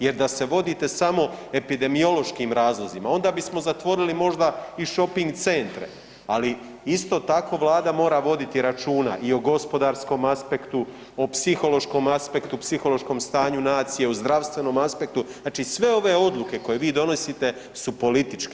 Jer da se vodite samo epidemiološkim razlozima onda bismo zatvorili možda i shoping centre, ali isto tako Vlada mora voditi računa i o gospodarskom aspektu, o psihološkom aspektu, psihološkom stanju nacije, o zdravstvenom aspektu, znači sve ove odluke koje vi donosite su političke.